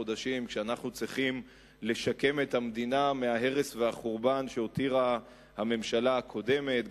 כשאנחנו צריכים לשקם את המדינה מההרס והחורבן שהותירה הממשלה הקודמת,